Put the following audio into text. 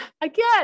again